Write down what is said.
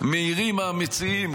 מאירים המציעים,